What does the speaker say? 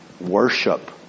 Worship